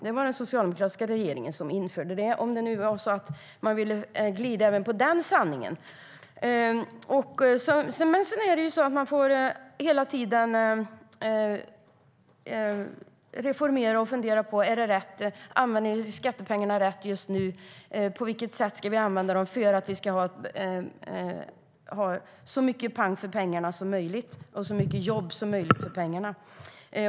Det var den socialdemokratiska regeringen som införde det, om det nu är så att man vill glida även på den sanningen. Vi får hela tiden reformera och fundera på om vi använder skattepengarna rätt. Vi måste fråga oss på vilket sätt vi ska använda dem för att få så mycket pang för pengarna som möjligt och så många jobb för pengarna som möjligt.